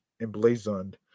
emblazoned